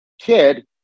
kid